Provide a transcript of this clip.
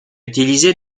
utiliser